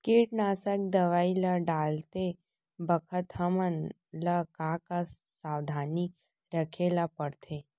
कीटनाशक दवई ल डालते बखत हमन ल का का सावधानी रखें ल पड़थे?